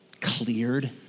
cleared